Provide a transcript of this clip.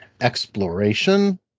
exploration